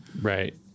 Right